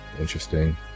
Interesting